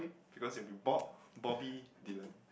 because you've been Bob Bobby Dillon